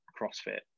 CrossFit